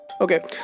okay